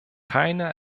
keine